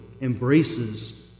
embraces